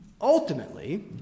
Ultimately